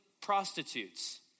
prostitutes